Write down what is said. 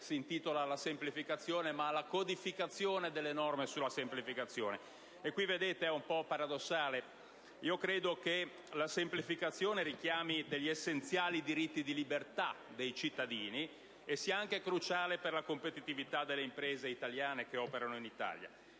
si intitola alla semplificazione, ma alla codificazione delle norme sulla semplificazione, ed è un po' paradossale. Credo che la semplificazione richiami degli essenziali diritti di libertà dei cittadini e sia anche cruciale per la competitività delle imprese italiane che operano in Italia.